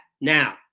Now